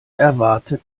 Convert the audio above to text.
erwarte